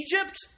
Egypt